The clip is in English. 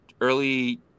early